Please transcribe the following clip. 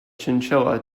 chinchilla